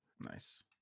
nice